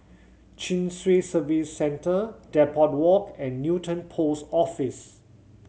Chin Swee Service Centre Depot Walk and Newton Post Office